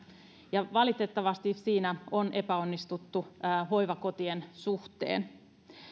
ja valitettavasti siinä on epäonnistuttu hoivakotien suhteen